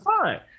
fine